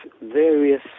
various